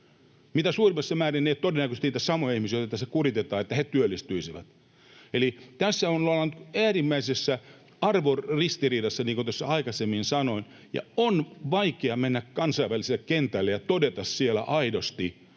Mitä suurimmassa määrin ei ole todennäköistä, että ne samat ihmiset, joita tässä kuritetaan, työllistyisivät. Eli tässä ollaan äärimmäisessä arvoristiriidassa, niin kuin tuossa aikaisemmin sanoin, ja on vaikea mennä kansainväliselle kentälle ja todeta siellä aidosti,